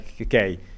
okay